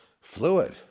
fluid